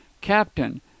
captain